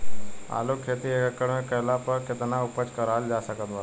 आलू के खेती एक एकड़ मे कैला पर केतना उपज कराल जा सकत बा?